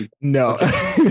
No